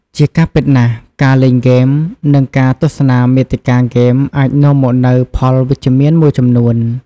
ជាការពិតណាស់ ការលេងហ្គេម និងការទស្សនាមាតិកាហ្គេមអាចនាំមកនូវ ផលវិជ្ជមាន មួយចំនួន។